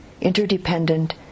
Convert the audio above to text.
interdependent